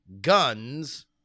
guns